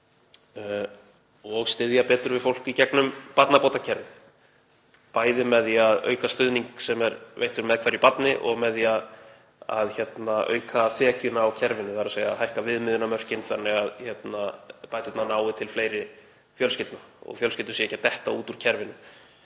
og styðja betur við fólk í gegnum barnabótakerfið, bæði með því að auka stuðning sem er veittur með hverju barni og með því að auka þekjuna á kerfinu, þ.e. hækka viðmiðunarmörkin þannig að bæturnar nái til fleiri fjölskyldna og fjölskyldur séu ekki að detta út úr kerfinu.